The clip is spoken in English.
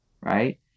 Right